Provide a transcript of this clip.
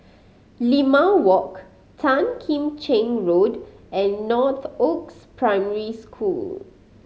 Limau Walk Tan Kim Cheng Road and Northoaks Primary School